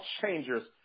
Changers